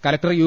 collector U